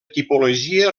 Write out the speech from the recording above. tipologia